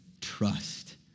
trust